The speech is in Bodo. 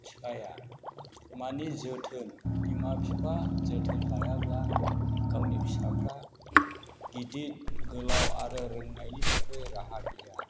बिफाया मानि जोथोन बिमा बिफा जोथोन लायाब्ला गावनि फिसाफ्रा गिदिर गोलाव आरो रोंनायनि थाखै राहा गैया